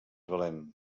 valem